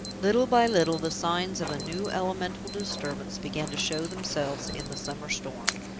little by little the signs of a new elemental disturbance began to show themselves in the summer storm.